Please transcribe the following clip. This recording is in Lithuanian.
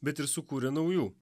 bet ir sukūrė naujų